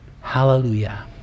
Hallelujah